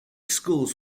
schools